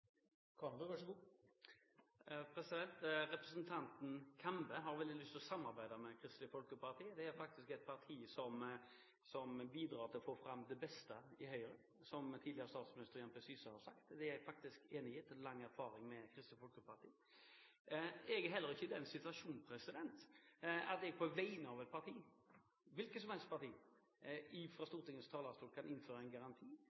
Representanten Kambe har veldig lyst til å samarbeide med Kristelig Folkeparti. Det er faktisk et parti som bidrar til å få fram det beste i Høyre, som tidligere statsminister Jan P. Syse har sagt. Det er jeg faktisk enig i etter lang erfaring i å samarbeide med Kristelig Folkeparti. Jeg er heller ikke i den situasjon at jeg fra Stortingets talerstol på vegne av et parti – hvilket som helst parti – kan gi en garanti.